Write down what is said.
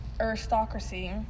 aristocracy